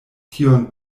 tion